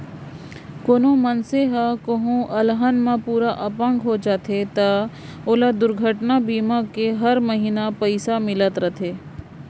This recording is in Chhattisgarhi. कोनों मनसे ह कोहूँ अलहन म पूरा अपंग हो जाथे त ओला दुरघटना बीमा ले हर महिना पइसा मिलत रथे